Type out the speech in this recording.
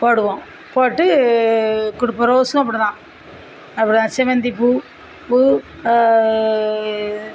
போடுவோம் போட்டு கொடுப்போம் ரோஸ்ஸும் அப்படி தான் அப்புறோம் செவந்திப் பூ பூ